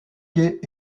quais